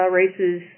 races